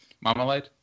Marmalade